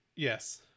Yes